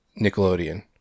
Nickelodeon